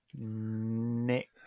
Nick